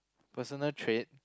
personal trait